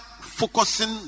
focusing